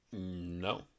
No